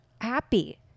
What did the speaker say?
happy